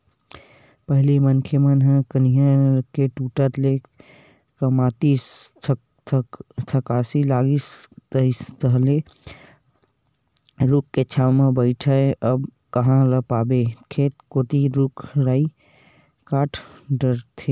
पहिली मनखे मन कनिहा के टूटत ले कमातिस थकासी लागतिस तहांले रूख के छांव म बइठय अब कांहा ल पाबे खेत कोती रुख राई कांट डरथे